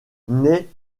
naît